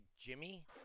Jimmy